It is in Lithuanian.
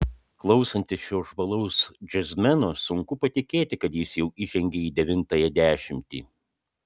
klausantis šio žvalaus džiazmeno sunku patikėti kad jis jau įžengė į devintąją dešimtį